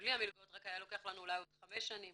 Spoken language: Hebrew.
בלי המלגות רק היה לוקח לנו אולי עוד חמש שנים